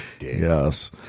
yes